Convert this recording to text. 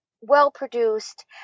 well-produced